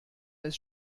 ist